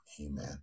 Amen